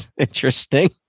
Interesting